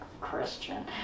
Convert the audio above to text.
Christian